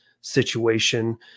situation